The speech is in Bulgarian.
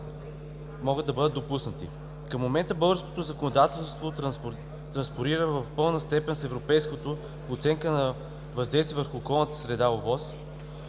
могат да бъдат допуснати. Към момента българското законодателство транспонира в пълна степен европейското по оценката на въздействие върху околната среда (ОВОС),